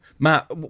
Matt